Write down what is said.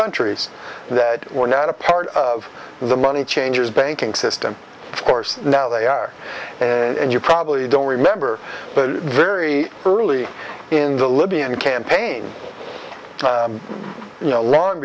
countries that were not a part of the money changers banking system of course now they are and you probably don't remember very early in the libyan campaign you know long